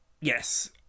Yes